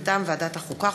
מטעם ועדת החוקה,